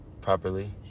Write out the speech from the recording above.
properly